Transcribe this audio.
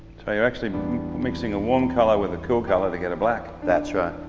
so you're actually mixing a warm color with a cool color to get a black. that's right,